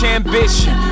ambition